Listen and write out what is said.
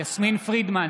יסמין פרידמן,